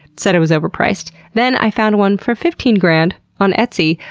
said it was overpriced. then i found one for fifteen grand on etsy,